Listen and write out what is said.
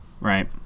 Right